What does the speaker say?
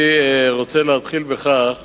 אני רוצה להתחיל בכך